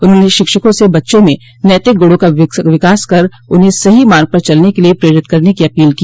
उन्होंने शिक्षकों से बच्चों में नैतिक गुणों का विकास कर उन्हें सही मार्ग पर चलने के लिए प्रेरित करने की अपील की